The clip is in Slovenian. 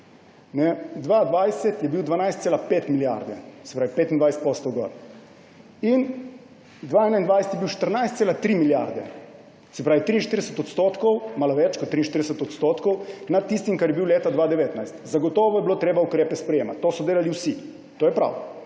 2020 je bil 12,5 milijarde, se pravi 25 % zvišan, 2021 je bil 14,3 milijarde, se pravi malo več kot 43 % nad tistim, kar je bil leta 2019. Zagotovo je bilo treba ukrepe sprejemati. To so delali vsi. To je prav.